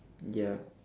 ya